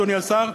אדוני השר,